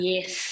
Yes